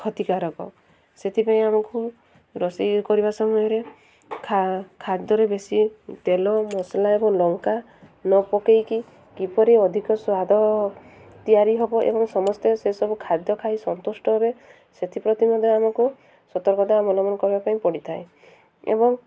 କ୍ଷତିକାରକ ସେଥିପାଇଁ ଆମକୁ ରୋଷେଇ କରିବା ସମୟରେ ଖା ଖାଦ୍ୟରେ ବେଶୀ ତେଲ ମସଲା ଏବଂ ଲଙ୍କା ନ ପକେଇକି କିପରି ଅଧିକ ସ୍ୱାଦ ତିଆରି ହେବ ଏବଂ ସମସ୍ତେ ସେସବୁ ଖାଦ୍ୟ ଖାଇ ସନ୍ତୁଷ୍ଟ ହେବେ ସେଥିପ୍ରତି ମଧ୍ୟ ଆମକୁ ସତର୍କତା ଅବଲମ୍ବନ କରିବା ପାଇଁ ପଡ଼ିଥାଏ ଏବଂ